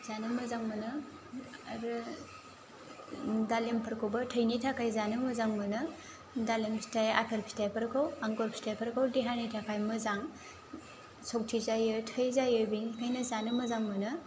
जानो मोजां मोनो आरो दालिमफोरखौबो थैनि थाखाय जानो मोजां मोनो दालिम फिथाइ आपेल फिथाइफोरखौ आंगुर फिथाइफोरखौ देहानि थाखाय मोजां सक्ति जायो थै जायो बेनिखायनो जानो मोजां मोनो